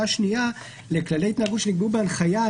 השנייה לכללי התנהגות שנקבעו בהנחיה,